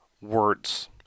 words